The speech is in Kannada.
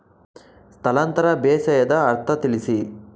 ಸ್ಥಳಾಂತರ ಬೇಸಾಯದ ಅರ್ಥ ತಿಳಿಸಿ?